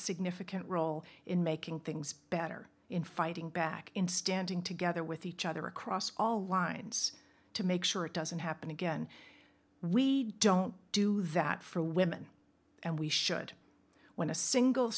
significant role in making things better in fighting back in standing together with each other across all lines to make sure it doesn't happen again we don't do that for women and we should when a single